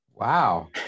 Wow